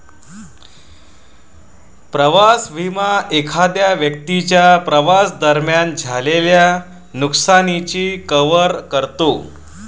प्रवास विमा एखाद्या व्यक्तीच्या प्रवासादरम्यान झालेल्या नुकसानाची कव्हर करतो